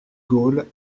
gaulle